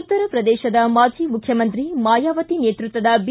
ಉತ್ತರಪ್ರದೇಶದ ಮಾಜಿ ಮುಖ್ಯಮಂತ್ರಿ ಮಾಯಾವತಿ ನೇತೃತ್ವದ ಬಿ